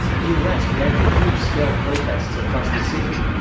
the arrest led to huge scale protests across the city.